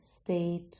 state